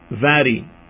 vary